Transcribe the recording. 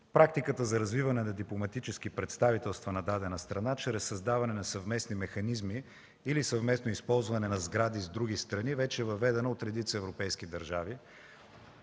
Практиката за развиване на дипломатически представителства на дадена страна чрез създаване на съвместни механизми или съвместно използване на сгради с други страни вече е въведена от редица европейски държави,